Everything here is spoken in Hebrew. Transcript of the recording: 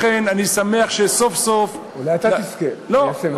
לכן, אני שמח שסוף-סוף, אולי אתה תזכה ליישם אותן.